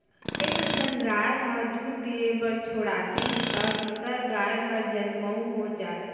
एक ठन गाय ह दूद दिये बर छोड़ातिस त दूसर गाय हर जनमउ हो जाए